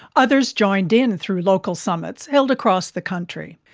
others joined in and through local summits held across the country.